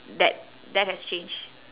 that that has changed